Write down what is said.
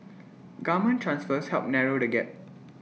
government transfers help narrow the gap